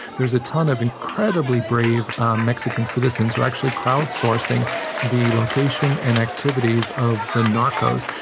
there's a ton of incredibly brave mexican citizens who are actually crowd sourcing the location and activities of the narcos.